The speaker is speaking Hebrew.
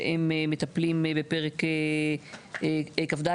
שהם מטפלים בפרק כ"ד,